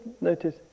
notice